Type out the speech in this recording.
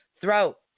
Throat